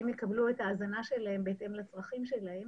יקבלו את ההזנה שלהם בהתאם לצרכים שלהם